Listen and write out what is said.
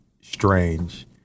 strange